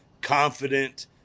confident